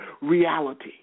reality